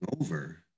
over